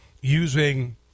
using